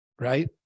Right